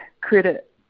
credit